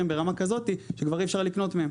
ברמה כזאת שכבר אי אפשר לקנות מהם.